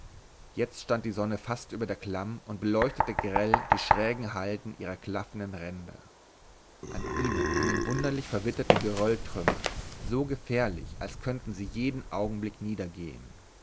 jetzt stand die sonne fast über der klamm und beleuchtete grell die schrägen halden ihrer klaffenden ränder an ihnen hingen wunderlich verwitterte gerölltrümmer so gefährlich als könnten sie jeden augenblick niedergehen